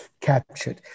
captured